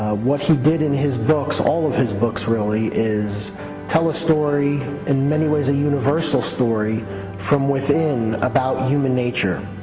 what he did in his books all of his books really is tell a story in many ways a universal story from within about human nature.